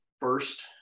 first